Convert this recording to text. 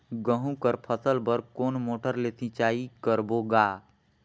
गहूं कर फसल बर कोन मोटर ले सिंचाई करबो गा?